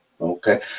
okay